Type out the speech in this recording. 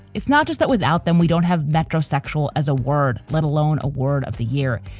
it's not just that without them, we don't have metrosexual as a word, let alone a word of the year.